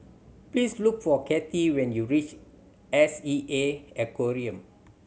please look for Katie when you reach S E A Aquarium